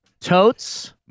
Totes